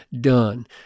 done